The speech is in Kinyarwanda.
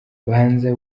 banza